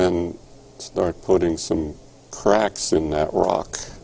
then start putting some cracks in that rock